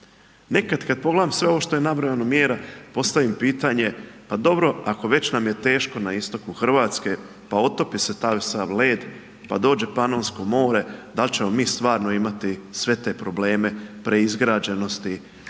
Nekad kad pogledam sve ovo što je nabrojano mjera postavim pitanje, pa dobro ako već nam je teško na istoku Hrvatske, pa otopi se taj sav led, pa dođe Panonsko more da li ćemo mi stvarno imati sve te probleme preizgrađenosti,